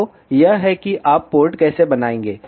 तो यह है कि आप पोर्ट कैसे बनाएंगे